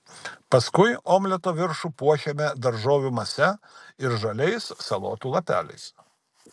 paskui omleto viršų puošiame daržovių mase ir žaliais salotų lapeliais